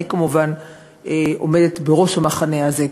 אני כמובן עומדת בראש המחנה הזה,